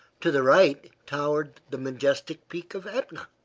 to the right towered the majestic peak of etna,